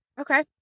Okay